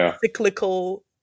cyclical